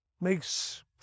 makes